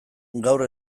gaur